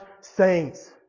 sayings